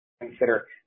consider